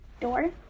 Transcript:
door